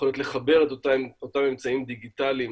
היכולת לחבר את אותם אמצעים דיגיטליים